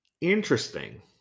Interesting